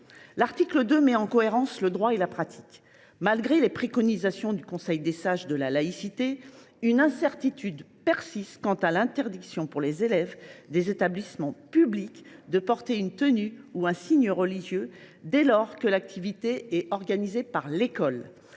L’article 2 met en cohérence le droit et la pratique. Malgré les préconisations du Conseil des sages de la laïcité et des valeurs de la République (CSLVR), une incertitude persiste quant à l’interdiction pour les élèves des établissements publics de porter une tenue ou un signe religieux lorsque l’activité est organisée par l’école.